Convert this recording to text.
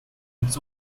its